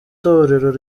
torero